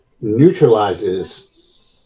neutralizes